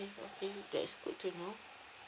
okay okay that's good to know